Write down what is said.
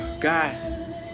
God